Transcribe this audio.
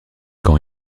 quand